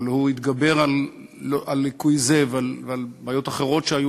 אבל הוא התגבר על ליקוי זה ועל בעיות אחרות שהיו